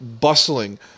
bustling